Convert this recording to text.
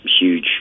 huge